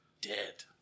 dead